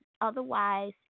otherwise